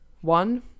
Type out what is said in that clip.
one